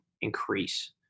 increase